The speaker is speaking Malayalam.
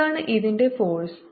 എന്താണ് ഇതിന്റെ ഫോഴ്സ്